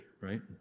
right